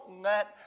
let